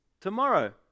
tomorrow